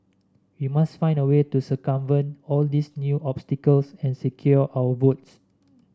we must find a way to circumvent all these new obstacles and secure our votes